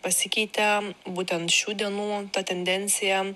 pasikeitė būtent šių dienų ta tendencija